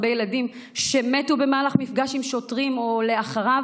ילדים שמתו במהלך מפגש עם שוטרים או אחריו?